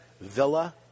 Villa